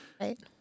Right